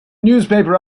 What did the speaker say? newspaper